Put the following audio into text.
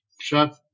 shut